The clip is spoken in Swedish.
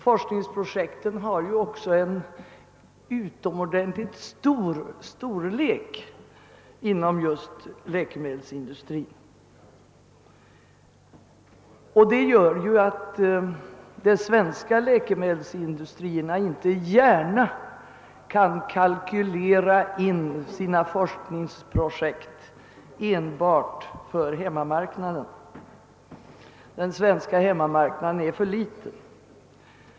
Forskningsprojekten har ju också en betydande storlek inom just läkemedelsindustrin, vilket gör att de svenska läkemedelsindustrierna inte gärna kan kalkylera enbart med tanke på hemmamarknaden; denna är för liten.